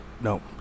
No